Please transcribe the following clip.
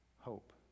hope